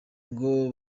ngo